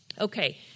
okay